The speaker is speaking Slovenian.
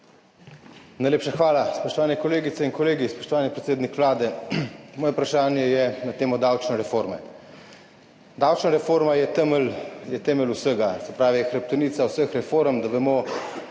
Najlepša hvala. Spoštovani kolegice in kolegi, spoštovani predsednik Vlade! Moje vprašanje je na temo davčne reforme. Davčna reforma je temelj vsega, je hrbtenica vseh reform, da vemo,